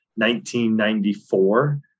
1994